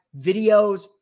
videos